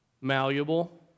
malleable